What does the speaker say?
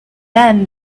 then